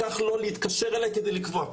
לקח לו להתקשר אלי כדי לקבוע.